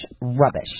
rubbish